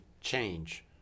change